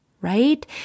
right